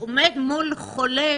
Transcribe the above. מול חולה